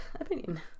opinion